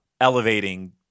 elevating